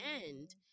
end